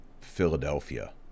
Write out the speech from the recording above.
Philadelphia